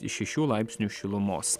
šešių laipsnių šilumos